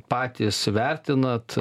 patys vertinat